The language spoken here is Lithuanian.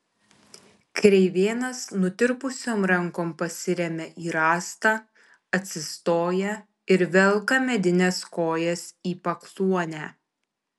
kreivėnas nutirpusiom rankom pasiremia į rąstą atsistoja ir velka medines kojas į pakluonę